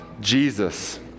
Jesus